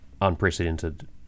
unprecedented